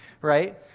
right